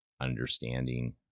understanding